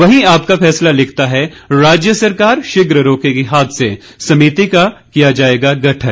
वहीं आपका फैसला लिखता है राज्य सरकार शीघ्र रोकेगी हादसे समिति का किया जाएगा गठन